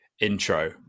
intro